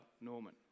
Norman